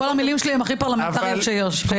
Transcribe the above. המילים שלי הם הכי פרלמנטריות שיש.